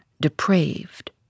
depraved